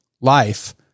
life